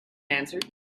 answered